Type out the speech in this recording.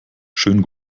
schönen